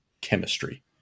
chemistry